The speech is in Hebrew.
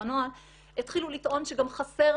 על אף שאין לה